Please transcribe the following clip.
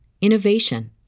innovation